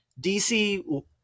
DC